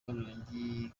karongi